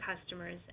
customers